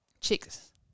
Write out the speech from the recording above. chicks